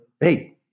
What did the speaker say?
hey